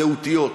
זהותיות,